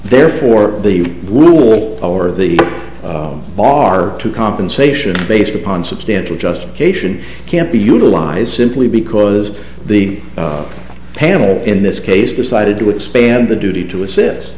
therefore the will power of the bar to compensation based upon substantial justification can't be utilized simply because the panel in this case decided to expand the duty to assist